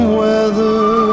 weather